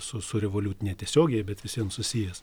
su su revoliut netiesiogiai bet visvien susijęs